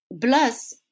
plus